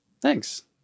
Thanks